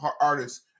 artists